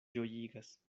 ĝojigas